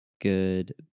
good